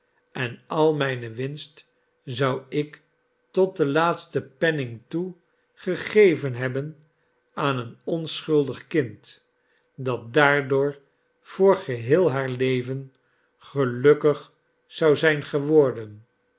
en al mijne winst zou ik tot den laatsten penning toe gegeven hebben aan een onschuldig kind dat daardoor voor geheel haar leven gelukkig zou zijn geworden